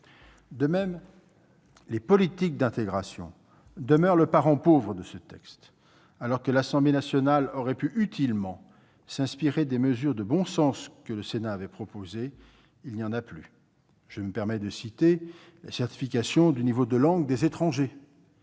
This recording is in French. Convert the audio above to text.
De même, les politiques d'intégration demeurent le parent pauvre de ce texte, alors que l'Assemblée nationale aurait pu utilement s'inspirer des mesures de bon sens proposées par le Sénat, comme la certification du niveau de langue des étrangers